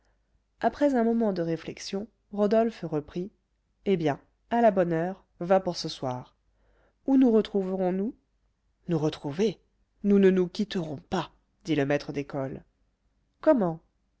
après un moment de réflexion rodolphe reprit eh bien à la bonne heure va pour ce soir où nous retrouverons nous nous retrouver nous ne nous quitterons pas dit le maître d'école comment